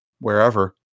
wherever